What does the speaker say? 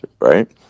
right